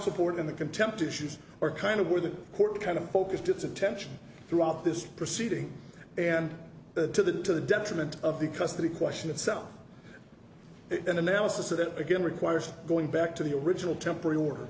support in the contempt issues are kind of where the court kind of focused its attention throughout this proceeding and to the to the detriment of the custody question itself an analysis of that again requires going back to the original temporary